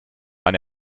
eine